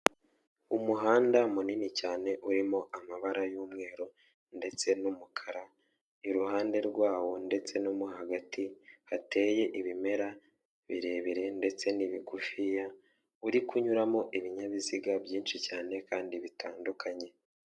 Umuhanda munini cyane urimo amabara y'umweru ndetse n'umukara, iruhande rwawo ndetse no mo hagati hateye ibimera birebire ndetse n'ibigufiya, uri kunyuramo ibinyabiziga byinshi cyane kandi bitandukanye.